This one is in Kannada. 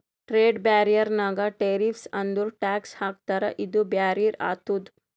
ಟ್ರೇಡ್ ಬ್ಯಾರಿಯರ್ ನಾಗ್ ಟೆರಿಫ್ಸ್ ಅಂದುರ್ ಟ್ಯಾಕ್ಸ್ ಹಾಕ್ತಾರ ಇದು ಬ್ಯಾರಿಯರ್ ಆತುದ್